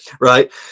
Right